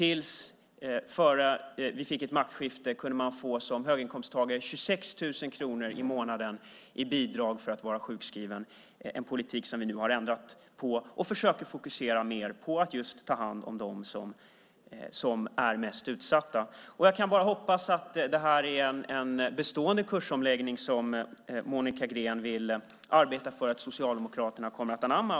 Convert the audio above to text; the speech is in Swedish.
Innan vi fick ett maktskifte kunde man som höginkomsttagare få 26 000 kronor i månaden i bidrag för att vara sjukskriven. Det är en politik som vi nu har ändrat på. Vi försöker fokusera mer på att ta hand om dem som är mest utsatta. Jag kan bara hoppas att det är en bestående kursomläggning som Monica Green vill arbeta för att Socialdemokraterna kommer att anamma.